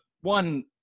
one